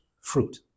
fruit